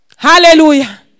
Hallelujah